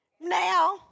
Now